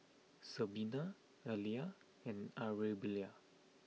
Sabina Alia and Arabella